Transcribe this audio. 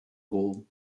gold